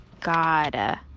god